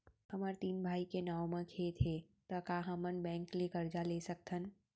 हमर तीन भाई के नाव म खेत हे त का हमन बैंक ले करजा ले सकथन?